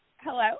hello